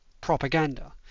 propaganda